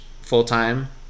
full-time